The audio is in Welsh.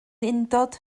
undod